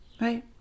right